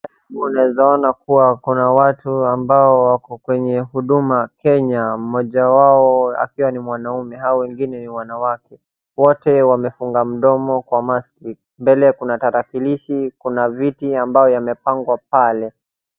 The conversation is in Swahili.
Unawezaona kuwa kuna watu ambao wako kwenye huduma Kenya. Moja wao akiwa ni mwanaume hao wengi ni wanawake, wote wamefunga mdomo kwa maski . Mbele kuna tarakilishi, kuna viti ambayo yamepanga pale.